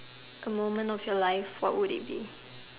A moment of your life what would it be